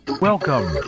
Welcome